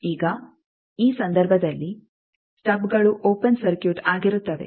ಈಗ ಈ ಸಂದರ್ಭದಲ್ಲಿ ಸ್ಟಬ್ಗಳು ಓಪೆನ್ ಸರ್ಕ್ಯೂಟ್ ಆಗಿರುತ್ತವೆ